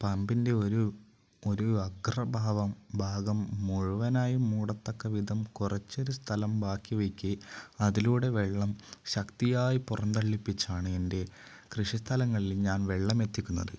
പമ്പിൻ്റെ ഒരു ഒരു അഗ്രഭാഗം ഭാഗം മുഴുവനായി മൂടത്തക്ക വിധം കുറച്ചൊരു സ്ഥലം ബാക്കി വെക്ക് അതിലൂടെ വെള്ളം ശക്തിയായി പുറം തള്ളിപ്പിച്ചാണ് എൻ്റെ കൃഷിസ്ഥലങ്ങളിൽ ഞാൻ വെള്ളം എത്തിക്കുന്നത്